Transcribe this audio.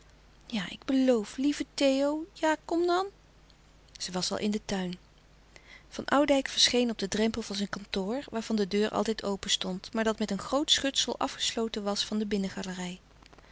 ja ik beloof lieve theo ja kom dan zij was al in den tuin van oudijck verscheen op den drempel van zijn kantoor waarvan de deur altijd open stond maar dat met een groot schutsel afgesloten was van de